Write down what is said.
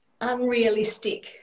unrealistic